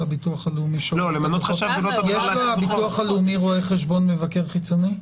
יש לביטוח הלאומי רואה חשבון מבקר חיצוני?